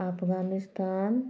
Afghanistan